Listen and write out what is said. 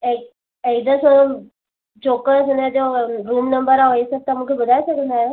ऐं एड्रेस चोकसि हुनजो रूम नम्बर ऐं इहो सभु तव्हां मूंखे ॿुधाए सघंदा आहियो